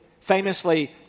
Famously